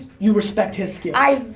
you respect his skills?